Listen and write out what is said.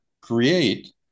create